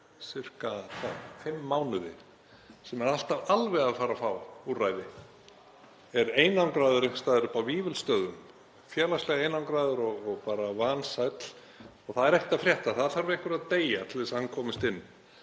sirka fimm mánuði sem er alltaf alveg að fara að fá úrræði, sem er einangraður einhvers staðar uppi á Vífilsstöðum, félagslega einangraður og vansæll. Það er ekkert að frétta, það þarf einhverja deyja til þess að hann komist inn.